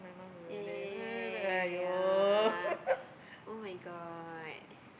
ya ya ya ya ya ya ya ya [oh]-my-god